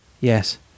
Yes